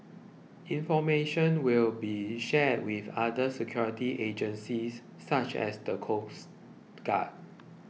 information will be shared with other security agencies such as the coast guard